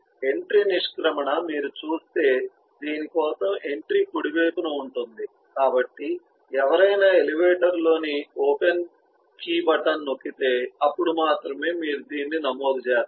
entry నిష్క్రమణ మీరు చూస్తే దీని కోసం ఎంట్రీ కుడివైపున ఉంటుంది కాబట్టి ఎవరైనా ఎలివేటర్లోని ఓపెన్ కీ బటన్ను నొక్కితే అప్పుడు మాత్రమే మీరు దీన్ని నమోదు చేస్తారు